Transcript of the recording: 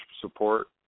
support